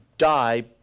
die